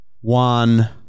one